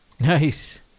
nice